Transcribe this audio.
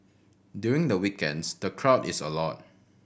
during the weekends the crowd is a lot